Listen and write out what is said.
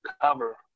cover